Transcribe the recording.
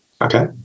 Okay